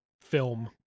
film